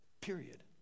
Period